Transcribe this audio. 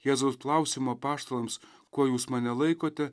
jėzaus klausimu apaštalams kuo jūs mane laikote